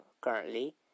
currently